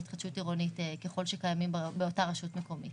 התחדשות עירונית ככל שקיימים באותה רשות מקומית.